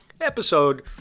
episode